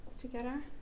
together